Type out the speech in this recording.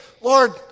Lord